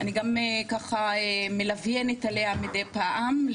אני גם "מלוויינת" עליה מדי פעם,